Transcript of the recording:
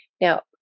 Now